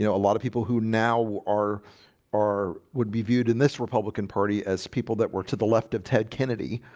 you know a lot of people who now are are would be viewed in this republican party as people that were to the left of ted kennedy